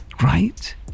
right